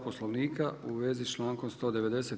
Poslovnika u vezi s člankom 190.